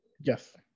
yes